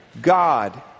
God